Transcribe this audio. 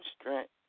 strength